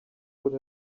could